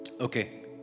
Okay